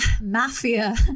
mafia